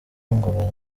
ngo